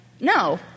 no